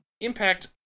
Impact